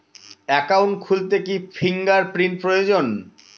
Account খুলতে কি fingerprint প্রয়োজন?